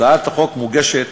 הצעת החוק מוגשת